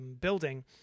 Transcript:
building